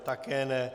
Také ne.